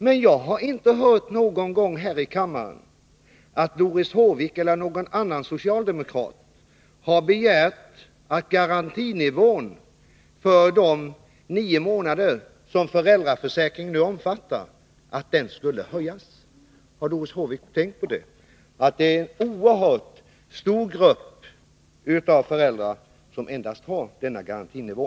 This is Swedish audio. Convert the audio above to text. Men jag har inte hört någon gång här i kammaren att Doris Håvik eller någon annan socialdemokrat har begärt att garantinivån för de nio månader som föräldraförsäkringen nu omfattar skulle höjas. Har Doris Håvik tänkt på att det är en oerhört stor grupp av föräldrar som endast har denna garantinivå?